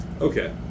Okay